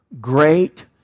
great